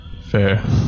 Fair